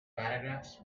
paragraphs